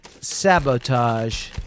sabotage